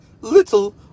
little